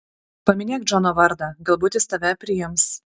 paminėk džono vardą galbūt jis tave priims